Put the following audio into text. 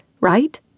right